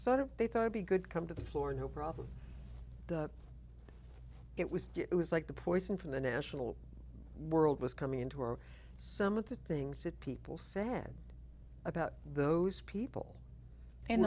sort of they thought would be good come to the floor and no problem it was it was like the poison from the national world was coming into or some of the things that people said about those people and